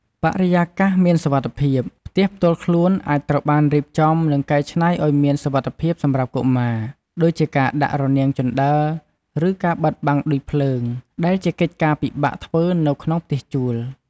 បរិយាកាសមានសុវត្ថិភាព ផ្ទះផ្ទាល់ខ្លួនអាចត្រូវបានរៀបចំ និងកែច្នៃឲ្យមានសុវត្ថិភាពសម្រាប់កុមារ ដូចជាការដាក់រនាំងជណ្ដើរ ឬការបិទបាំងឌុយភ្លើង ដែលជាកិច្ចការពិបាកធ្វើនៅក្នុងផ្ទះជួល។